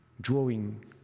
drawing